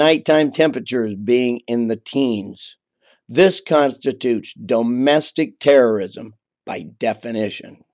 nighttime temperatures being in the teens this constitutes domesticity terrorism by definition